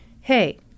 hey